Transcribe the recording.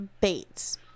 Bates